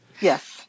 Yes